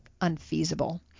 unfeasible